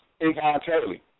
involuntarily